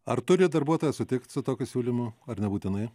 ar turi darbuotojas sutikt su tokiu siūlymu ar nebūtinai